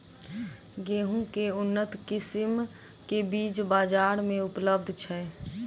गेंहूँ केँ के उन्नत किसिम केँ बीज बजार मे उपलब्ध छैय?